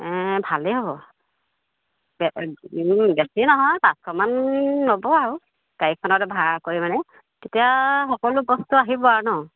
ভালেই হ'ব বে বেছি নহয় পাঁচশমান ল'ব আৰু গাড়ীখনতে ভাড়া কৰি মানে তেতিয়া সকলো বস্তু আহিব আৰু নহ্